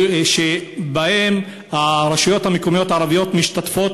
שבהם הרשויות המקומיות הערביות משתתפות